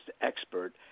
expert